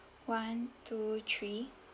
one two three